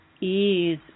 ease